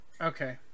Okay